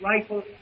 rifle